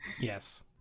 Yes